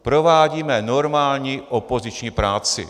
Provádíme normální opoziční práci.